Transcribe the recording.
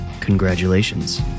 Congratulations